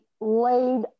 laid